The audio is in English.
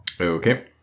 Okay